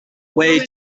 way